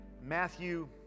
Matthew